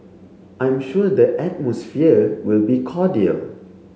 I'm sure the atmosphere will be cordial